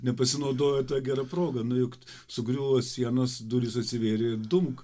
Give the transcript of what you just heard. nepasinaudojo ta gera proga nu juk sugriuvo sienos durys atsivėrė dumk